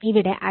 ഇവിടെ Ic 0